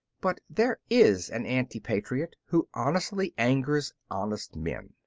but there is an anti-patriot who honestly angers honest men,